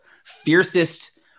fiercest